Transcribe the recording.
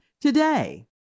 today